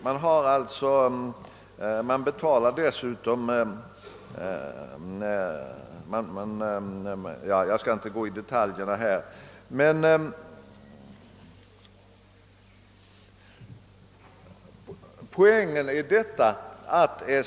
Jag skall inte närmare gå in på detaljerna.